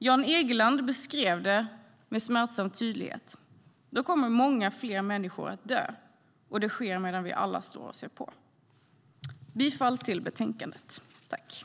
Jan Egeland beskrev det med smärtsam tydlighet: Då kommer många fler människor att dö, och det sker medan vi alla står och ser på. Jag yrkar bifall till förslaget i betänkandet.